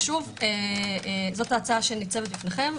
שבפניכם,